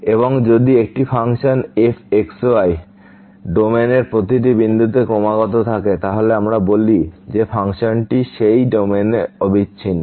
এবং যদি একটি ফাংশন f x y ডোমেইনের প্রতিটি বিন্দুতে ক্রমাগত থাকে তাহলে আমরা বলি যে ফাংশনটি সেই ডোমেইনে অবিচ্ছিন্ন